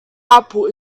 apple